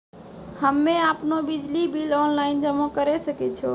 हम्मे आपनौ बिजली बिल ऑनलाइन जमा करै सकै छौ?